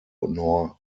nor